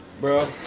Bro